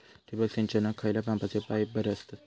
ठिबक सिंचनाक खयल्या मापाचे पाईप बरे असतत?